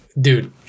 Dude